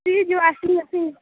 fridge washing machine